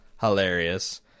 hilarious